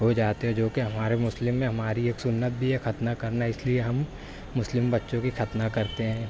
ہو جاتے ہیں جو کہ ہمارے مسلم میں ہماری ایک سنت بھی ہے ختنہ کرنا اس لیے ہم مسلم بچوں کی ختنہ کرتے ہیں